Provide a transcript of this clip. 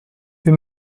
wir